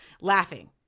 laughing